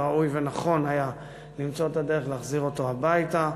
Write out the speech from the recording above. וראוי ונכון היה למצוא את הדרך להחזיר אותו הביתה.